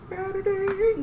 Saturday